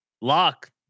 Lock